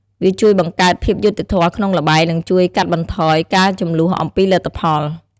វាជួយបង្កើតភាពយុត្តិធម៌ក្នុងល្បែង និងជួយកាត់បន្ថយការជម្លោះអំពីលទ្ធផល។